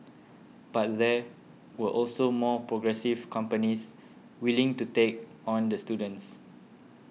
but there were also more progressive companies willing to take on the students